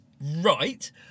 right